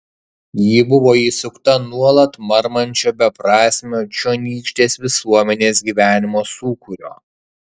ji buvo įsukta nuolat marmančio beprasmio čionykštės visuomenės gyvenimo sūkurio